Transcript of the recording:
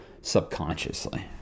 subconsciously